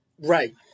Right